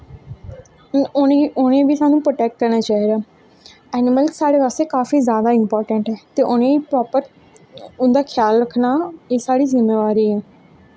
उ'नेंगी बी स्हानू प्रोटैक्ट करनां चाही दा ऐनिमल साढ़ी बास्तै काफी जादा इंपार्टैंट ऐं ते ओह्दे बास्तै स्हानू उंदा ख्याल रक्खना एह् साढ़ी जिम्मेंबारी ऐ